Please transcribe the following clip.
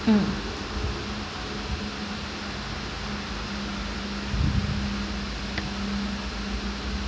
mm